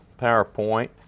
PowerPoint